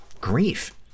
grief